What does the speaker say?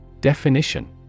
Definition